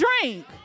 drink